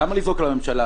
למה לזרוק לממשלה?